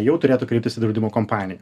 jau turėtų kreiptis į draudimo kompaniją